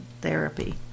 therapy